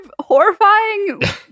horrifying